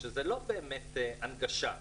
שזה לא באמת הנגשה,